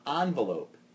envelope